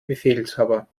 befehlshaber